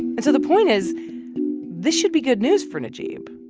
and so the point is this should be good news for najeeb.